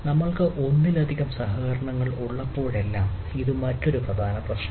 നമ്മൾക്ക് ഒന്നിലധികം സഹകരണങ്ങൾ ഉള്ളപ്പോഴെല്ലാം ഇത് മറ്റൊരു പ്രധാന പ്രശ്നമാണ്